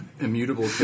immutable